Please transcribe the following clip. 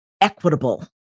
equitable